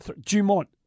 Dumont